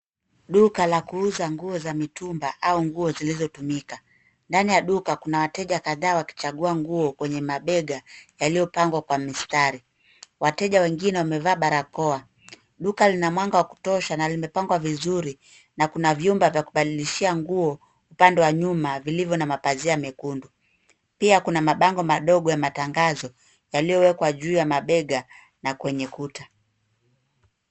Duka la kuuza nguo za mitumba au nguo zilizotumika. Ndani ya duka kuna wateja kadhaa wakichagua nguo kwenye mabega yaliyopangwa kwa mistari. Wateja wengine wamevaa barakoa. Duka lina mwanga wa kutosha na limepangwa vizuri na kuna vyumba vya kubadilishia nguo, upande wa nyuma vilivyo na mapazia mekundu. Pia, kuna mabango madogo ya matangazo, yaliyowekwa juu ya mabega na kwenye kuta.